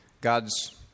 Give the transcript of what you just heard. God's